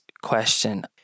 question